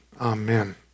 Amen